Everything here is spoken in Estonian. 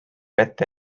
ette